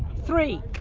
three.